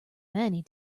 many